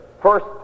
first